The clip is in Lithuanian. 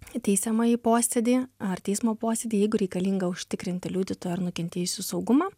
teisiamąjį posėdį ar teismo posėdį jeigu reikalinga užtikrinti liudytojų ir nukentėjusių saugumą